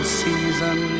season